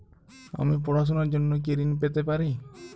আমি পড়াশুনার জন্য কি ঋন পেতে পারি?